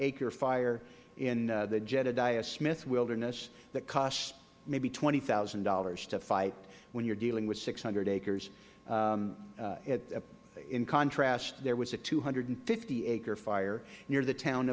acre fire in the jebediah smith wilderness that costs maybe twenty thousand dollars to fight when you are dealing with six hundred acres in contrast there was a two hundred and fifty acre fire near the town